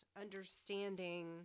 understanding